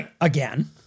again